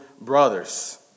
brothers